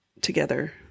together